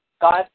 God